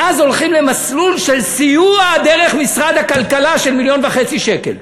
ואז הולכים למסלול של סיוע דרך משרד הכלכלה של 1.5 מיליון שקל.